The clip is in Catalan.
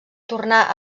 tornar